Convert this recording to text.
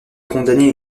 condamné